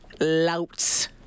louts